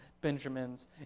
Benjamins